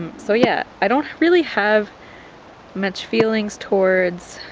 so yeah, i don't really have much feelings towards